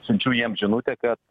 siunčiu jiem žinutę kad